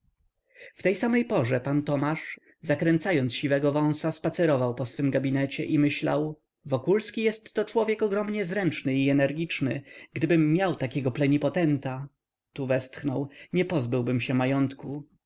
w tej samej porze pan tomasz zakręcając siwego wąsa spacerował po swym gabinecie i myślał wokulski jest to człowiek ogromnie zręczny i energiczny gdybym miał takiego plenipotenta tu westchnął nie pozbyłbym się majątku